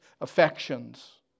affections